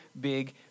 big